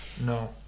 No